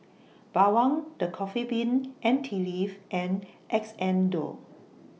Bawang The Coffee Bean and Tea Leaf and Xndo